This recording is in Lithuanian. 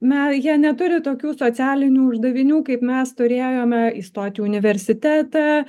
na jie neturi tokių socialinių uždavinių kaip mes turėjome įstoti į universitetą